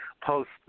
post